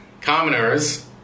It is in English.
commoners